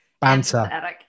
banter